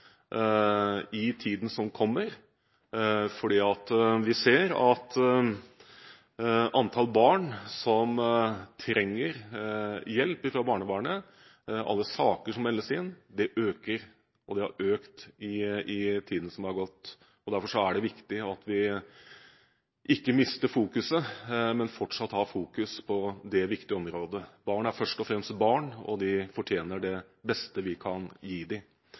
i tiden som kommer, for vi ser at antall barn som trenger hjelp fra barnevernet, og alle saker som meldes inn, øker, og det har økt i tiden som har gått. Derfor er det viktig at vi ikke mister fokuset, men fortsatt har fokus på dette viktige området. Barn er først og fremst barn, og de fortjener det beste vi kan gi dem. Jeg er også veldig glad for de